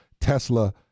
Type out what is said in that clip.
Tesla